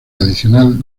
adicional